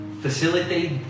facilitate